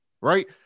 Right